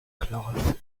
cloth